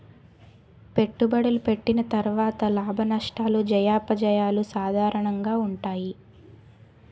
పెట్టుబడులు పెట్టిన తర్వాత లాభనష్టాలు జయాపజయాలు సాధారణంగా ఉంటాయి